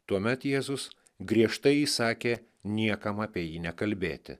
tuomet jėzus griežtai įsakė niekam apie jį nekalbėti